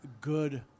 good